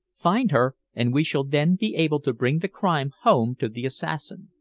find her, and we shall then be able to bring the crime home to the assassin.